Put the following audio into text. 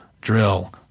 drill